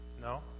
no